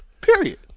Period